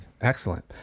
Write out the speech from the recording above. excellent